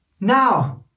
Now